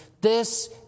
This